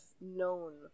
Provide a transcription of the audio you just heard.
known